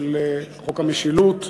של חוק המשילות,